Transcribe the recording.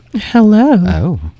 hello